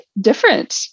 different